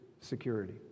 security